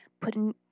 putting